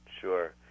Sure